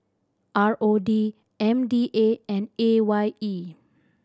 R O D M D A and A Y E